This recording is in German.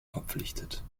verpflichtet